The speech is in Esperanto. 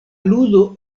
ludo